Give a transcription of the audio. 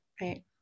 right